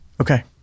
Okay